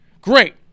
Great